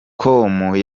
com